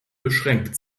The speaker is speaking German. beschränkt